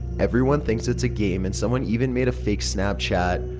everyone thinks it's a game and someone even made a fake snapchat.